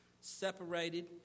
separated